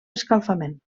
escalfament